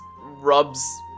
rubs